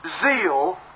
zeal